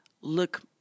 look